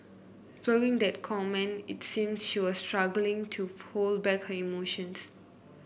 following that comment it seemed she was struggling to hold back her emotions